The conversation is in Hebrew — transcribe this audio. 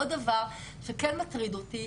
עוד דבר שמטריד אותי,